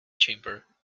chamber